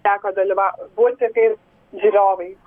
teko dalyvauti būti kaip žiūrovei